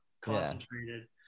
concentrated